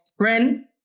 Ren